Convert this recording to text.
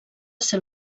ser